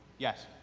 yes.